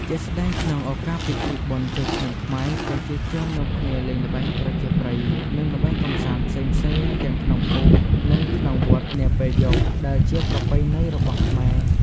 ជាក់ស្ដែងក្នុងឱកាសពិធីបុណ្យចូលឆ្នាំខ្មែរ ប្រជាជននាំគ្នាលេងល្បែងប្រជាប្រិយ និងល្បែងកម្សាន្តផ្សេងៗទាំងក្នុងភូមិ និងក្នុងវត្តនាពេលយប់ ដែលជាប្រពៃណីរបស់ខ្មែរ។